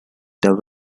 the